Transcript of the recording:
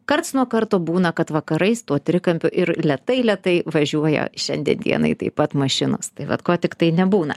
karts nuo karto būna kad vakarais tuo trikampiu ir lėtai lėtai važiuoja šiandien dienai taip pat mašinos tai vat ko tiktai nebūna